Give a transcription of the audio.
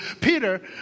Peter